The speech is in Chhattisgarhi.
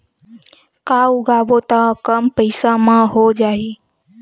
का उगाबोन त कम पईसा म हो जाही?